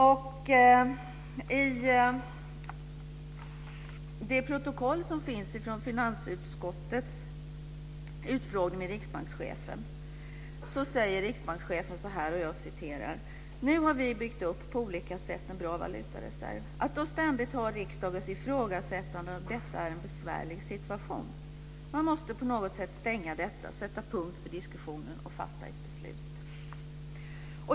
Och i det protokoll som finns från finansutskottets utfrågning med riksbankschefen så säger riksbankschefen följande: "Nu har vi byggt upp, på olika sätt, en bra valutareserv. Att då ständigt ha riksdagens ifrågasättande av detta är en besvärlig situation. Man måste på något sätt stänga detta, sätta punkt för diskussionen och fatta ett beslut."